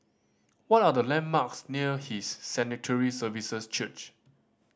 what are the landmarks near His Sanctuary Services Church